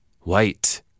White